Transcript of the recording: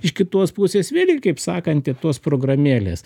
iš kitos pusės vėlgi kaip sakant i tos programėlės